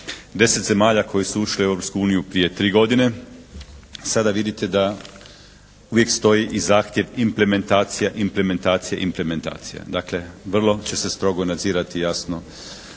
deset zemalja koje su ušle u Europsku uniju prije tri godine. Sada vidite da uvijek stoji i zahtjev implementacija, implementacija, implementacija. Dakle, vrlo će se strogo nadzirati jasno